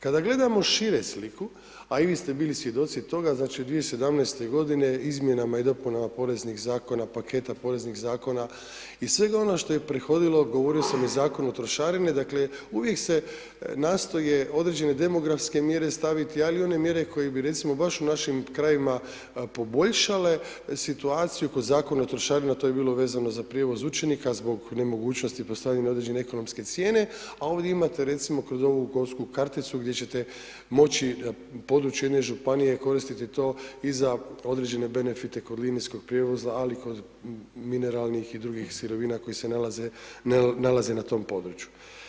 Kada gledamo šire sliku, a i vi ste bili svjedoci toga, dakle, 2017. g. izmjenama i dopunama poreznih zakona, paketa poreznih zakona i svega onoga što je prihodilo, govorio sam i o Zakonu trošarine, dakle, uvijek se nastoje određene demografske mjere staviti, a i one mjere koje bi recimo baš u našim krajevima poboljšale situaciju kod Zakona o trošarinama, to bi bilo vezano za prijevoz učenika, zbog nemogućnosti postavljene ekonomske cijene, a ovdje imate recimo kroz ovu gorsku karticu, gdje ćete moći u području jedne županije, koristiti to i za određene benefite kod linijskog prijevoza, ali kod mineralnih i drugih sirovina koje se nalaze na tom području.